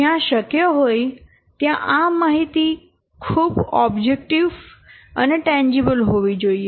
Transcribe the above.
જ્યાં શક્ય હોય ત્યાં આ માહિતી ખૂબ ઓબ્જેક્ટીવ અને ટેન્જીબલ હોવી જોઈએ